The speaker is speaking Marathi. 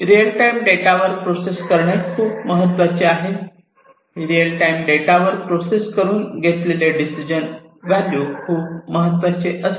रीअल टाईम डेटावर प्रोसेस करणे खूप महत्वाचे आहे रीअल टाईम डेटावर प्रोसेस करून घेतलेले डिसिजन व्हॅल्यू खूप महत्वाचे असते